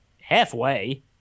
halfway